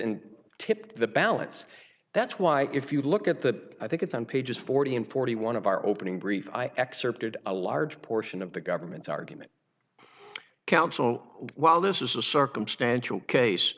and tipped the balance that's why if you look at the i think it's on page forty and forty one of our opening brief i excerpted a large portion of the government's argument counsel while this is a circumstantial case